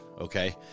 Okay